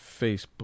Facebook